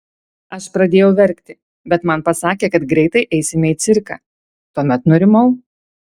aš pradėjau verkti bet man pasakė kad greitai eisime į cirką tuomet nurimau